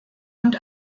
und